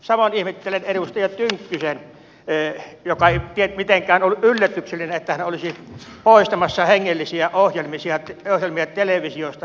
samoin ihmettelen edustaja tynkkystä joka ei mitenkään ollut yllätyksellinen kun hän olisi poistamassa hengellisiä ohjelmia televisiosta